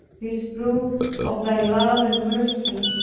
this proof of thy love and mercy,